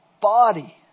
body